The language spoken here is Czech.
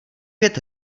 pět